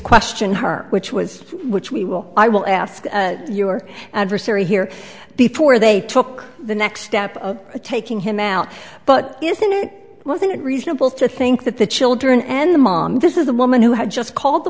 question her which was which we will i will ask your adversary here before they took the next step of taking him out but isn't it wasn't it reasonable to think that the children and the mom this is the woman who had just called the